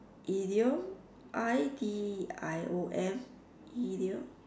idiom I D I O M idiom